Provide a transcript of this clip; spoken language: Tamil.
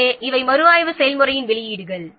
எனவே இவை மறுஆய்வு செயல்முறையின் வெளியீடுகள்